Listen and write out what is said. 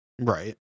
Right